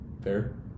Fair